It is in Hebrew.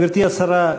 גברתי השרה,